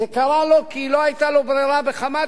זה קרה לו כי לא היתה לו ברירה בכמה תחומים.